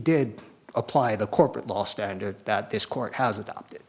did apply the corporate law standard that this court has adopted